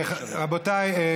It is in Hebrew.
רבותיי,